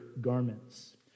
garments